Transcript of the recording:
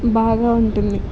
బాగా ఉంటుంది